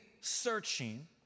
searching